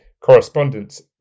correspondence